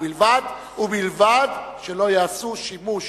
ובלבד שלא יעשו שימוש